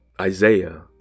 Isaiah